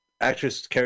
actress